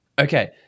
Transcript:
Okay